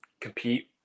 compete